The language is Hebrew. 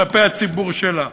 כלפי הציבור שלה.